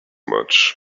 much